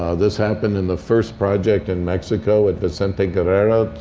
ah this happened in the first project in mexico at vicente guerrero,